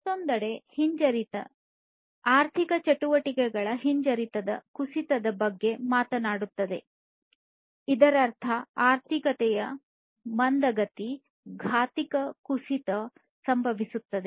ಮತ್ತೊಂದೆಡೆ ಹಿಂಜರಿತ ಆರ್ಥಿಕ ಚಟುವಟಿಕೆಯ ಹಿಂಜರಿತದ ಕುಸಿತದ ಬಗ್ಗೆ ಮಾತನಾಡುತ್ತದೆ ಇದರರ್ಥ ಆರ್ಥಿಕತೆಯ ಮಂದಗತಿ ಘಾತೀಯ ಕುಸಿತ ಸಂಭವಿಸುತ್ತದೆ